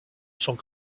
sont